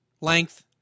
length